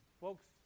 Folks